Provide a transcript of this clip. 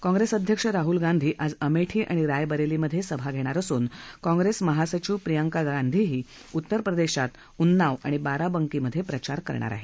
काँग्रेस अध्यक्ष राहल गांधी आज अमेठी आणि रायबरेलीमधे सभा घेणार असून काँप्रेस महासचिव प्रियंका गांधीही उत्तरप्रदेशात उन्नाव आणि बाराबंकीमधे प्रचार करणार आहेत